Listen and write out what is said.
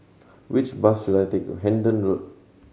which bus should I take to Hendon Road